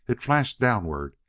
it flashed downward,